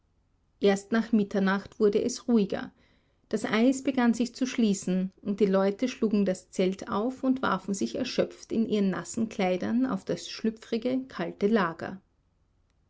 erst nach mitternacht wurde es ruhiger das eis begann sich zu schließen und die leute schlugen das zelt auf und warfen sich erschöpft in ihren nassen kleidern auf das schlüpfrige kalte lager